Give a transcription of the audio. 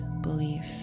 belief